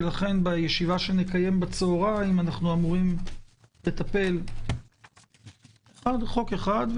ולכן בישיבה שנקיים בצהריים אנו אמורים לטפל בחוק אחד.